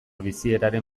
bizieraren